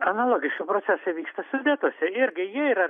analogiški procesai vyksta sudetuose irgi jie yra